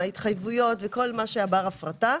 ההתחייבויות וכל מה שהיה בר הפרטה.